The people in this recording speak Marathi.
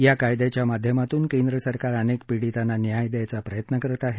या कायदयाच्या माध्यमातून केंद्र सरकार अनेक पीडीतांना न्याय देण्याचा प्रयत्न करत आहे